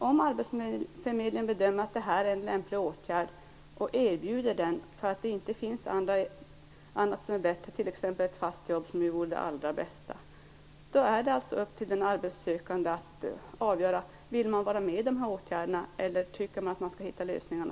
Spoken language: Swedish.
Om arbetsförmedlingen bedömer att det här är en lämplig åtgärd och erbjuder den, därför att det inte finns något som är bättre, t.ex. ett fast jobb, som ju vore det allra bästa, är det upp till den arbetssökande att avgöra om man vill vara med i de här åtgärderna eller om man tycker att man själv skall hitta lösningarna.